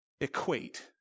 equate